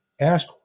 Ask